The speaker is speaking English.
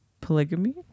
polygamy